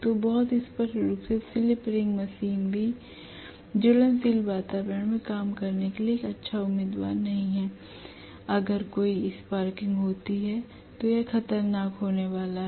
तो बहुत स्पष्ट है कि स्लिप रिंग मशीन भी ज्वलनशील वातावरण में काम करने के लिए एक अच्छा उम्मीदवार नहीं है क्योंकि अगर कोई स्पार्किंग होती है तो यह खतरनाक होने वाला है